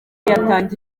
yatangaje